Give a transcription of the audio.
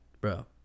bro